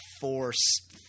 force